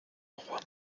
agua